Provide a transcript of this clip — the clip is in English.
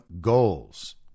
goals